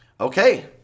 Okay